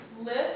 Lift